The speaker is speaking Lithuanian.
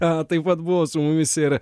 a taip pat buvo su mumis ir